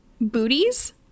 booties